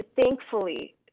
thankfully